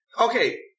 okay